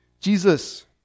Jesus